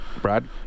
Brad